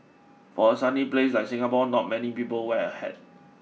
for a sunny place like Singapore not many people wear a hat